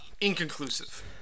inconclusive